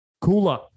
Cooler